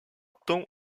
tend